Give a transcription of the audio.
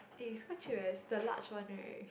eh it's quite cheap eh it's the large one right